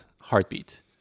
heartbeat